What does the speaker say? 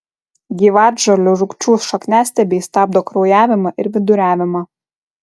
gyvatžolių rūgčių šakniastiebiai stabdo kraujavimą ir viduriavimą